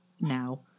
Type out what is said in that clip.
now